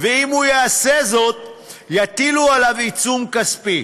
ואם הוא יעשה זאת, יטילו עליו עיצום כספי.